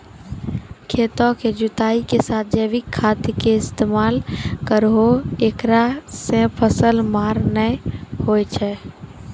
खेतों के जुताई के साथ जैविक खाद के इस्तेमाल करहो ऐकरा से फसल मार नैय होय छै?